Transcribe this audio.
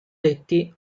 detti